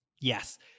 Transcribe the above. Yes